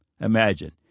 Imagine